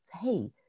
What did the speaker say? Hey